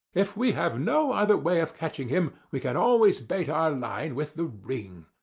if we have no other way of catching him, we can always bait our line with the ring.